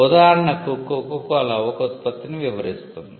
ఉదాహరణకు Coca Cola ఒక ఉత్పత్తిని వివరిస్తుంది